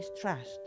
trust